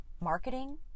marketing